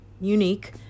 unique